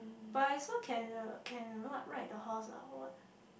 but I thought can the can you know what ride the horse ah or what